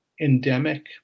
endemic